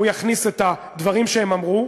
הוא יכניס את הדברים שהם אמרו: